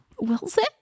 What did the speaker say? Wilson